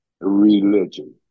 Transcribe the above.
religion